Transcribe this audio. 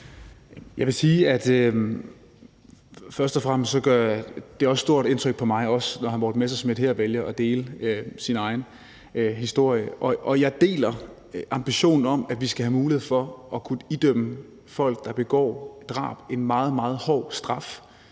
Jeg vil sige, at først og fremmest gør det stort indtryk på mig, når hr. Morten Messerschmidt her vælger at dele sin egen historie. Jeg deler ambitionen om, at vi skal have mulighed for at kunne idømme folk, der begår drab, en meget, meget hård straf.